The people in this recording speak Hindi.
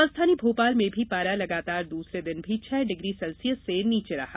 राजधानी भोपाल में भी पारा लगातार दूसरे दिन भी छह डिग्री सेल्सियस से नीचे रहा